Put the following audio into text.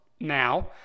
now